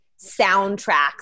soundtracks